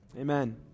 amen